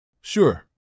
Sure